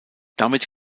damit